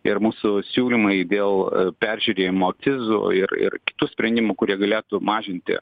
ir mūsų siūlymai dėl peržiūrėjimo akcizų ir ir kitų sprendimų kurie galėtų mažinti